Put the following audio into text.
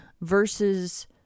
Versus